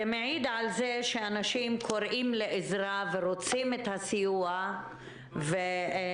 זה מעיד על זה שאנשים קוראים לעזרה ורוצים את הסיוע ומודעים